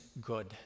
good